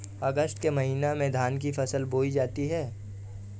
अगस्त के महीने में धान की फसल बोई जाती हैं